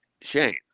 Shane